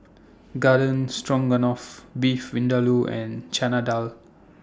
Garden Stroganoff Beef Vindaloo and Chana Dal